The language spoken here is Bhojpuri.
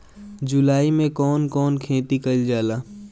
जुलाई मे कउन कउन खेती कईल जाला?